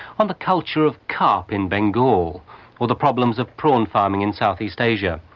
on the culture of carp in bengal or the problems of prawn farming in south east asia,